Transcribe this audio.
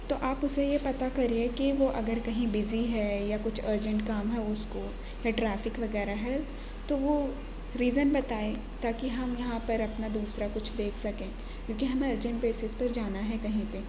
تو آپ اس سے یہ پتہ کریے کہ وہ اگر کہیں بزی ہے یا کچھ ارجینٹ کام ہے اس کو یا ٹریفک وغیرہ ہے تو وہ ریزن بتائے تا کہ ہم یہاں پر اپنا دوسرا کچھ دیکھ سکیں کیونکہ ہمیں ارجینٹ بیسز پر جانا ہے کہیں پہ